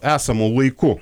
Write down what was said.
esamu laiku